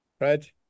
right